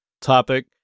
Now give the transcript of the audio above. topic